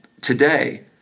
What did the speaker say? today